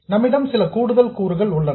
நம்மிடம் சில கூடுதல் கூறுகள் உள்ளன